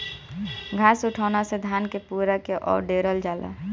घास उठौना से धान क पुअरा के अवडेरल जाला